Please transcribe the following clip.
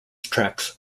tracks